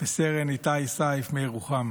וסרן איתי סייף מירוחם